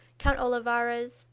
count olivarez,